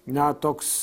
na toks